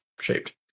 shaped